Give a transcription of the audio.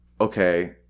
okay